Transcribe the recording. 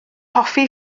hoffi